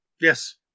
Yes